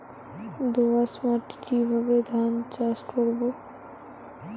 দোয়াস মাটি কিভাবে ধান চাষ করব?